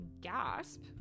gasp